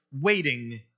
waiting